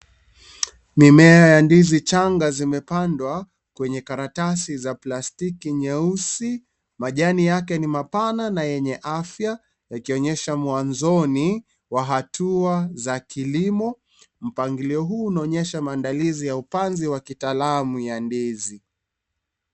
Mimia ya ndizi changa zimepandwa kwenye karatasi za plastiki nyeusi, majani yake ni mapana na yenye afya yakionyesha mwanzoni mwa hatua za kilimo. Mpangilio huu unaonyesha maandalizi ya upanzi wa kitaalamu ya ndizi.